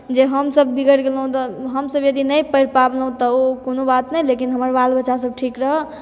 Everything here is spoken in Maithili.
जे हमसभ बिगड़ि गेलहुँ तऽ हमसभ यदि नहि पढ़ि पाबलहुँ तऽ ओ कोनो बात नहि लेकिन हमर बाल बच्चासभ ठीक रहए